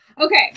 Okay